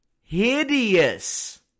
hideous